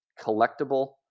collectible